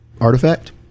artifact